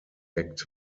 act